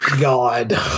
God